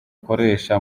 ukoresha